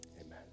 Amen